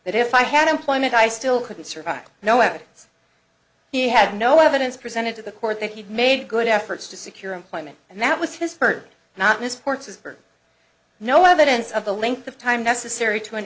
if i had employment i still couldn't survive no evidence he had no evidence presented to the court that he'd made good efforts to secure employment and that was his first not miss ports is no evidence of the length of time necessary to